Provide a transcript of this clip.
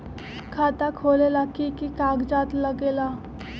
खाता खोलेला कि कि कागज़ात लगेला?